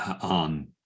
on